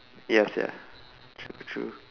ya sia true true